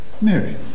Mary